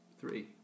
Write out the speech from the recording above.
three